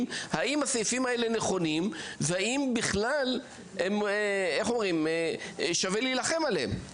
נכונים ואם בכלל שווה להילחם עליהם.